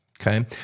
okay